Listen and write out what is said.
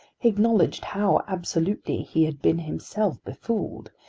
he acknowledged how absolutely he had been himself befooled,